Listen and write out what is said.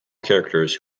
characters